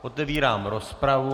Otevírám rozpravu.